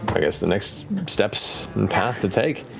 i guess, the next steps and path to take.